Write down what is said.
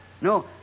No